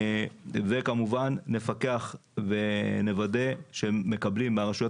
וכמובן נפקח ונוודא שהם מקבלים מהרשויות